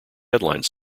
headline